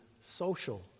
social